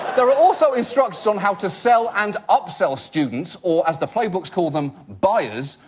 there are also instructions on how to sell and upsell students, or as the playbooks call them, buyers,